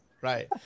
Right